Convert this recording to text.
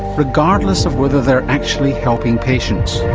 regardless of whether they are actually helping patients.